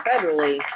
federally